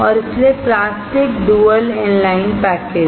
और इसलिए plastic dual inline package